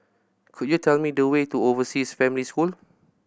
could you tell me the way to Overseas Family School